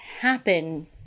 happen